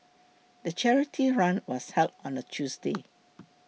the charity run was held on a Tuesday